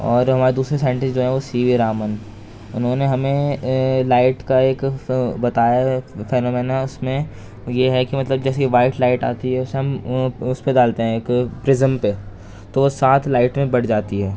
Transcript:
اور ہمارے دوسرے سائنٹسٹ جو ہیں وہ سی وی رامن انہوں نے ہمیں لائٹ کا ایک بتایا ہے فینومینا اس میں یہ ہے کہ مطلب جیسے کہ وائٹ لائٹ آتی ہے اسے ہم اس پہ ڈالتے ہیں ایک پریزم پہ تو وہ سات لائٹ میں بٹ جاتی ہے